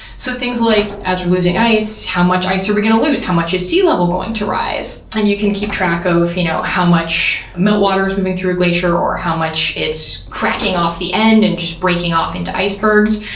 so things like, as we're losing ice, how much ice are we going to lose? how much is sea level going to rise? and you can keep track of you know how much meltwater is moving through a glacier or how much it's cracking off the end and just breaking off into icebergs.